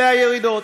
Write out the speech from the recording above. אלה הירידות.